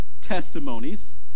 testimonies